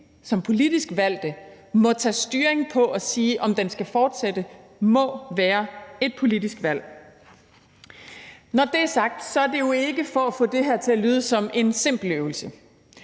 som politisk valgte må tage styringen i forhold til at sige, om den skal fortsætte; det må være et politisk valg. Når det er sagt, er det jo ikke for at få det her til at lyde som en simpel øvelse,